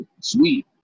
Sweet